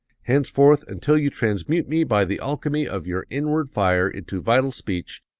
henceforth, until you transmute me by the alchemy of your inward fire into vital speech,